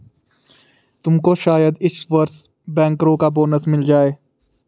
तुमको शायद इस वर्ष बैंकरों का बोनस मिल जाए